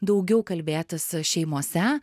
daugiau kalbėtis šeimose